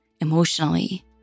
emotionally